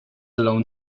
alone